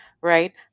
right